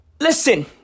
listen